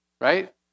right